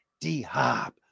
D-Hop